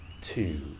two